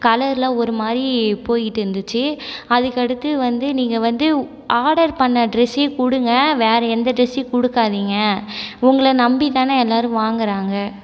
கலரெலாம் ஒரு மாதிரி போயிகிட்டு இருந்துச்சு அதுக்கடுத்து வந்து நீங்கள் வந்து ஆர்டர் பண்ண ட்ரெஸ்ஸே கொடுங்க வேறு எந்த ட்ரெஸ்ஸயும் கொடுக்காதிங்க உங்களை நம்பி தானே எல்லோரும் வாங்கிறாங்க